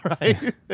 Right